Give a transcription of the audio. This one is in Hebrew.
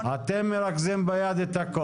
הוועדה הזאת, מי יביא לה את המפרטים?